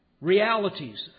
realities